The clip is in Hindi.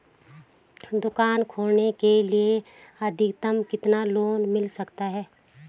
दुकान खोलने के लिए अधिकतम कितना लोन मिल सकता है?